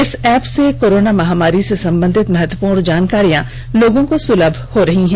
इस एप से कोरोना महामारी से संबंधित महत्वपूर्ण जानकारियां लोगों को सुलभ हो रही है